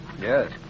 Yes